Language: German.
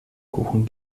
kuchen